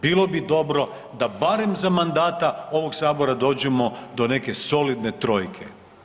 Bilo bi dobro da barem za mandata ovog sabora dođemo do neke solidne trojke.